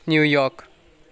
New York